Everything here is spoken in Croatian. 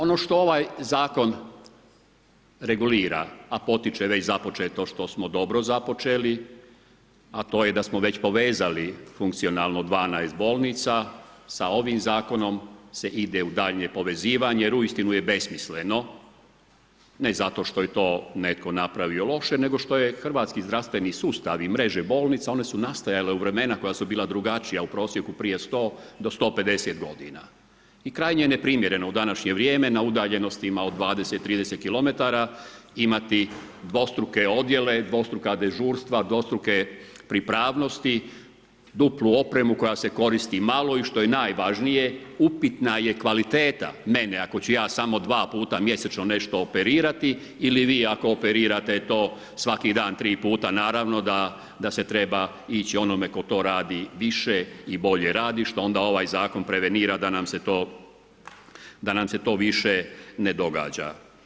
Ono što ovaj zakon regulira, a … i započeto što smo dobro započeli, a to je da smo već povezli, funkcionalno 12 bolnica, sa ovim zakonom se ide u daljnje povezivanje, jer uistinu je besmisleno, ne zato što je to netko napravio loše, nego što je hrvatski zdravstveni sustav i mreže bolnica, one su nastojale u vremena koja su bila drugačija u prosjeku prije 100-150 godina i krajnje je neprimjereno u današnje vrijeme na udaljenostima od 20, 30 km imati dvostruke odjele, dvostruka dežurstva, dvostruke pripravnosti, duplu opremu koja se koristi malo i što je najvažnije, upitna je kvaliteta mene ako ću ja samo dva puta mjesečno nešto operirati ili vi ako operirate to svaki dan tri puta, naravno da se treba ići onome tko to radi više i bolje radi što ovaj zakon prevenira da nam se to više ne događa.